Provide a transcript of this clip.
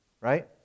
right